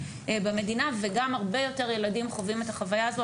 במדינה וגם הרבה יותר ילדים חווים את החוויה הזאת.